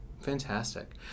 fantastic